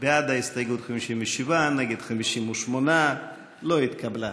בעד ההסתייגות, 57, נגד, 58. לא התקבלה.